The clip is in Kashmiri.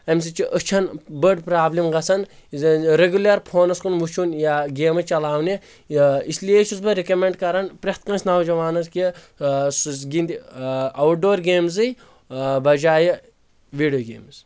امہِ سۭتۍ چھِ أچھن بٔڑ پرابلِم گژھان رِگیٚلر فونس کُن وٕچھُن یا گیمہٕ چلاونہِ اس لیے چھُس بہٕ رِکمنٛڈ کران پرٮ۪تھ کٲنٛسہِ نوجوانس کہِ سُہ گنٛدِ اوُٹ ڈور گیمزٕے بجایہِ ویڈیو گیمٕز